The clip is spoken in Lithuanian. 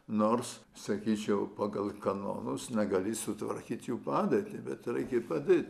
nors sakyčiau pagal kanonus negali sutvarkyt jų padėtį bet reikia padėt